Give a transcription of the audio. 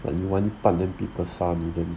板 [one] 板 then people 杀你的